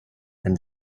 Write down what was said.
and